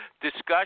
discussion